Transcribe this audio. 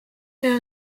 see